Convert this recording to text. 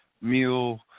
meal